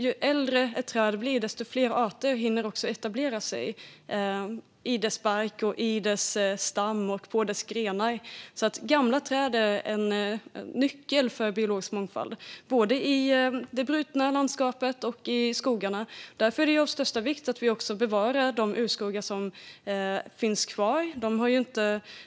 Ju äldre ett träd blir, desto fler arter hinner också etablera sig i dess bark, i dess stam och på dess grenar. Gamla träd är en nyckel till biologisk mångfald både i det brutna landskapet och i skogarna. Därför är det av största vikt att vi också bevarar de urskogar som finns kvar.